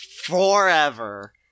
forever